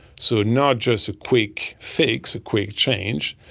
so not just a quick fix, a quick change,